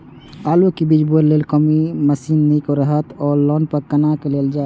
आलु बीज बोय लेल कोन मशीन निक रहैत ओर लोन पर केना लेल जाय?